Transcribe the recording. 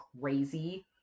crazy